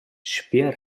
s’ha